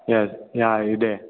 Yes yeah ಇದೆ